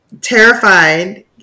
Terrified